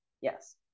yes